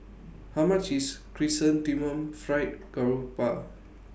How much IS Chrysanthemum Fried Garoupa